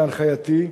בהנחייתי,